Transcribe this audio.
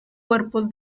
cuerpos